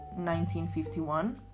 1951